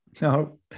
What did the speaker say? No